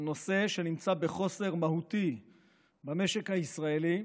זה דבר שנמצא בחוסר מהותי במשק הישראלי.